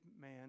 man